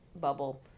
bubble